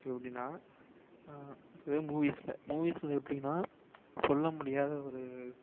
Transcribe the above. இப்போ எப்படின்னா ஒரு மூவிஸில் மூவிஸில் எப்படின்னா சொல்ல முடியாத ஒரு